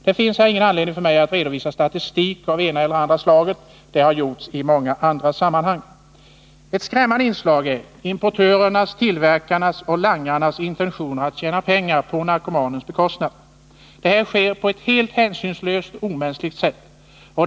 Det finns ingen anledning för mig att här redovisa statistik av ena eller andra slaget, eftersom detta har gjorts i många andra sammanhang. Ett skrämmande inslag är importörernas, tillverkarnas, och langarnas intentioner att tjäna pengar på narkomanens bekostnad. Detta sker på ett helt hänsynslöst och omänskligt sätt.